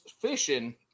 fishing